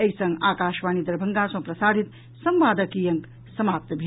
एहि संग आकाशवाणी दरभंगा सँ प्रसारित संवादक ई अंक समाप्त भेल